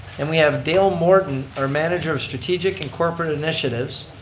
and we have dale morton our manager of strategic and corporate initiatives,